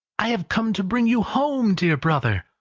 i have come to bring you home, dear brother!